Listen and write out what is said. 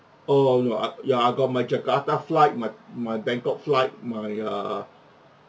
oh no uh ya I got my jakarta flight my my bangkok flight my err